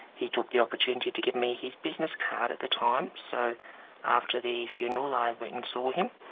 he took the opportunity to give me his business card at the time, so after the funeral i went and saw him.